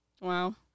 Wow